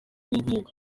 n’inkiko